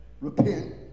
Repent